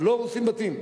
לא הורסים בתים.